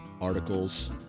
articles